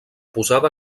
posada